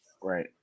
Right